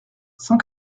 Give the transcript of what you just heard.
cent